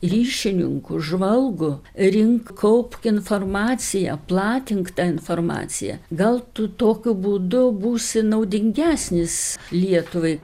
ryšininku žvalgu rink kaupk informaciją platink tą informaciją gal tu tokiu būdu būsi naudingesnis lietuvai